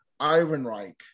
Ironreich